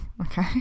okay